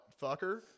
fucker